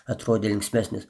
atrodė linksmesnis